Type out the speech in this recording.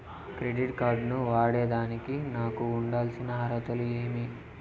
Credit card ను వాడేదానికి నాకు ఉండాల్సిన అర్హతలు ఏమి?